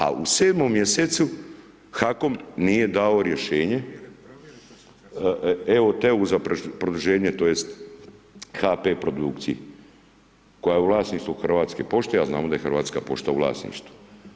A u 7.-mom mjesecu HAKOM nije dao rješenje evo-tv-u za produženje tj. HP produkciji koja je u vlasništvu Hrvatske pošte, a znamo da je Hrvatska pošta u vlasništvu.